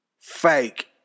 fake